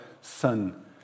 Son